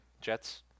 jets